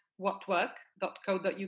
whatwork.co.uk